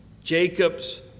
Jacob's